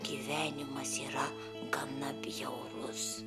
gyvenimas yra gana bjaurus